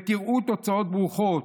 ותראו תוצאות ברוכות.